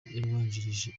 yabanjirije